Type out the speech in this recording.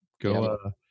go